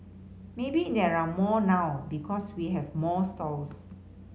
maybe there are more now because we have more stalls